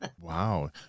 Wow